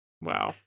Wow